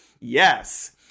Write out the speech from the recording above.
Yes